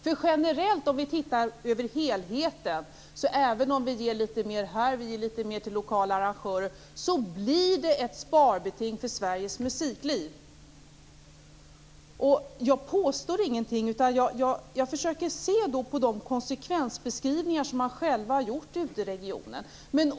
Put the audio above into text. Om vi ser på helheten blir det ett sparbeting för Sveriges musikliv, även om vi ger litet mer här och där och litet mer till lokala arrangörer. Jag påstår ingenting, utan jag har läst de konsekvensbeskrivningar som man själva har gjort ute i regionerna.